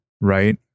right